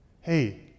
Hey